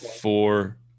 four